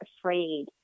afraid